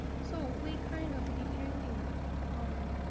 so we kind of depending on